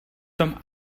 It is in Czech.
tom